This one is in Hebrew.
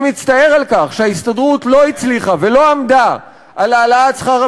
אני מצטער על כך שההסתדרות לא הצליחה ולא עמדה על העלאת שכר